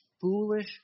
foolish